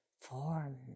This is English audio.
form